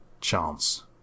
chance